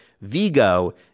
Vigo